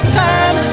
time